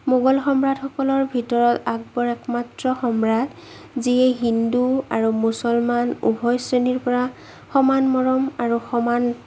মোগল সম্ৰাটসকলৰ ভিতৰত আকবৰ একমাত্ৰ সম্ৰাট যিয়ে হিন্দু আৰু মুছলমান উভয়শ্ৰেণীৰ পৰা সমান মৰম আৰু সমান